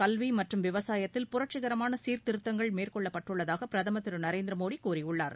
கல்வி மற்றும் விவசாயத்தில் புரட்சிகரமான சீர்திருத்தங்கள் மேற்கொள்ளப்பட்டுள்ளதாக பிரதமர் திருநரேந்திர மோடி கூறியுள்ளார்